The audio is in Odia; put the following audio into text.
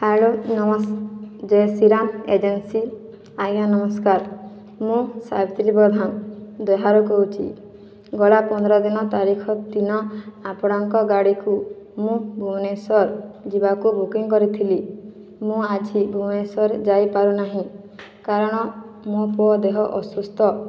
ହ୍ୟାଲୋ ନମସ୍ ଜୟ ଶ୍ରୀ ରାମ୍ ଏଜେନ୍ସି ଆଜ୍ଞା ନମସ୍କାର ମୁଁ ସାବିତ୍ରୀ ବ୍ରହ୍ମା ଦହ୍ୟାରୁ କହୁଛି ଗଳା ପନ୍ଦର ଦିନ ତାରିଖ ଦିନ ଆପଣଙ୍କ ଗାଡ଼ିକୁ ମୁଁ ଭୁବନେଶ୍ଵର ଯିବାକୁ ବୁକିଂ କରିଥିଲି ମୁଁ ଆଜି ଭୁବନେଶ୍ୱର ଯାଇପାରୁନାହିଁ କାରଣ ମୋ ପୁଅ ଦେହ ଅସୁସ୍ତ